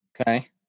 Okay